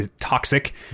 toxic